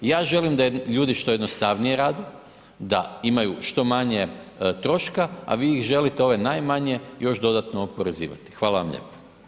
Ja želim da ljudi što jednostavnije rade, da imaju što manje troška a vi ih želite ove najmanje, još dodatno oporezivati, hvala vam lijepa.